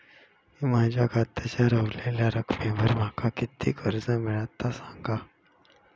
मी माझ्या खात्याच्या ऱ्हवलेल्या रकमेवर माका किती कर्ज मिळात ता सांगा?